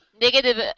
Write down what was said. negative